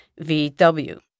VW